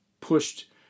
pushed